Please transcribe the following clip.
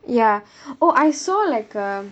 ya oh I saw like a